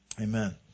Amen